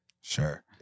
Sure